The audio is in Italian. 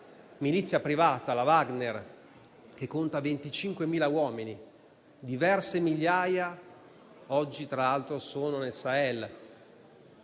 milizia privata, la Wagner, che conta 25.000 uomini - diverse migliaia dai quali oggi, tra l'altro, sono nel Sahel